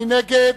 מי נגד?